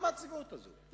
למה הצביעות הזאת?